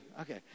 Okay